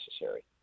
necessary